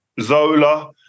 Zola